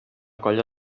colla